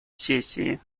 сессии